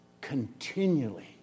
Continually